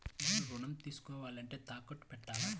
నేను ఋణం తీసుకోవాలంటే తాకట్టు పెట్టాలా?